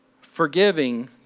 Forgiving